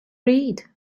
read